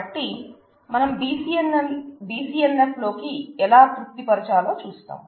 కాబట్టి మనం BCNF లోకి ఎలా తృప్తిపరచాలో చూసాం